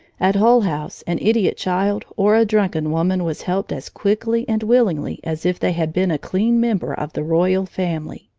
at hull house an idiot child or a drunken woman was helped as quickly and willingly as if they had been a clean member of the royal family.